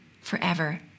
forever